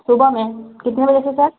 सुबह में कितने बजे से सर